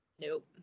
Nope